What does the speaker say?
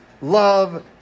love